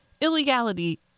illegality